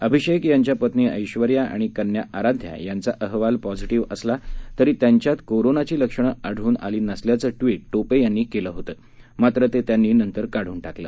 अभिषेक यांच्या पत्नी ऐश्वर्या आणि कन्या आराध्या यांचा अहवाल पॉझिटिव्ह असला तरी त्यांच्यात कोरोनाची लक्षणं आढळ्न आली नसल्याचं ट्विट टोपे यांनी केलं होतं मात्र ते त्यांनी नंतर काढून टाकलं